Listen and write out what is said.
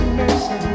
mercy